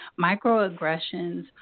microaggressions